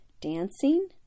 dancing